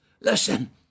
listen